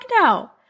no